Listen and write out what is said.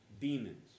demons